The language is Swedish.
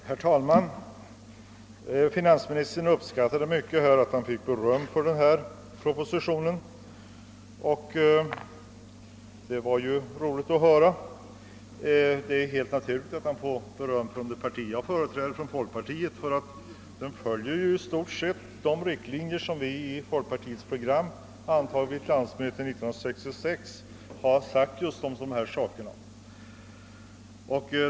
Herr talman! Finansministern uppskattade mycket att han fick beröm för denna proposition, och det var ju roligt att höra. Det är helt naturligt att han får beröm från det parti jag företräder, eftersom propositionen i stort sett följer riktlinjerna i folkpartiets progam i dessa frågor vilket antogs på landsmötet 1966.